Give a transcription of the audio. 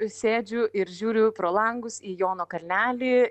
sėdžiu ir žiūriu pro langus į jono kalnelį